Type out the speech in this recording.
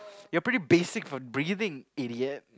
you're pretty basic for breathing idiot